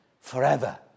forever